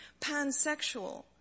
pansexual